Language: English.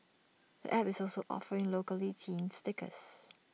the app is also offering locally themed stickers